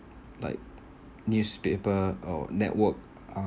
like newspaper or network uh